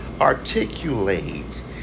articulate